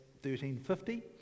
1350